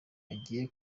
agiye